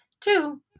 two